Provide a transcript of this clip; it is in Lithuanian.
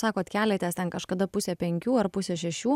sakot keliatės ten kažkada pusė penkių ar pusė šešių